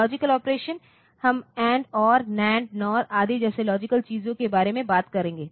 logic operations हम AND OR NAND NOR आदि जैसे लॉजिक चीजों के बारे में बात करेंगे